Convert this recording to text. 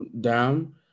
down